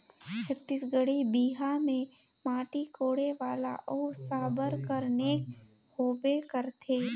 छत्तीसगढ़ी बिहा मे माटी कोड़े वाला अउ साबर कर नेग होबे करथे